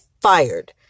fired